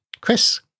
Chris